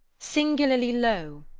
singularly low,